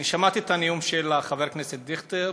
אני שמעתי את הנאום של חבר הכנסת דיכטר.